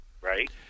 Right